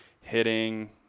hitting